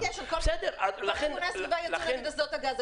אין שום קשר כלשהו בין ארגוני הסביבה לאסדות הגז.